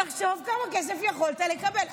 תחשוב כמה כסף יכולת לקבל.